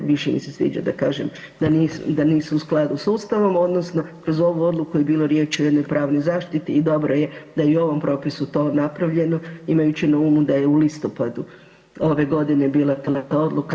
Više mi se sviđa da kažem da nisu u skladu sa Ustavom, odnosno kroz ovu odluku je bilo riječi o jednoj pravnoj zaštiti i dobro je da je i u tom propisu to napravljeno imajući na umu da je u listopadu ove godine bila ta odluka.